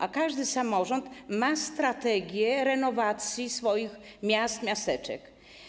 A każdy samorząd ma strategię renowacji swoich miast, miasteczek.